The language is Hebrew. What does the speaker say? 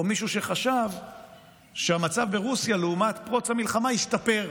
או מישהו שחשב שהמצב ברוסיה לעומת פרוץ המלחמה השתפר.